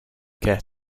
care